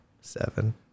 Seven